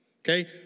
okay